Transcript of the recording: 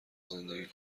زندگی